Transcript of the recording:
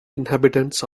inhabitants